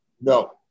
No